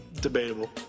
Debatable